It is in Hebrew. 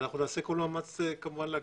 ונעשה כל מאמץ להגשימו.